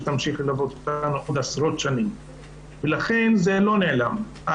שתמשיך ללוות אותנו עוד עשרות שנים ולכן זה לא נעלם.